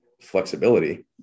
flexibility